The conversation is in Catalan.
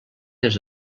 des